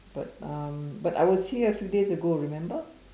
but um but I was there a few days ago remember